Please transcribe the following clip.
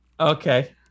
Okay